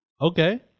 Okay